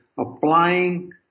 Applying